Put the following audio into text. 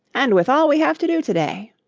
and with all we have to do to-day.